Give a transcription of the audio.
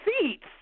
seats